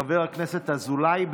חבר הכנסת אזולאי.